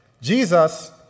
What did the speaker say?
Jesus